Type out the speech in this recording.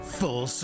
full